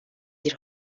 bir